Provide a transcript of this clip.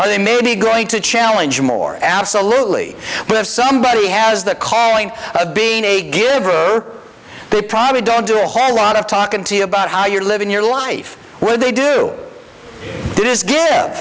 or they may be going to challenge more absolutely but if somebody has the calling of being a giver they probably don't do a whole lot of talking to you about how you're living your life where they do it is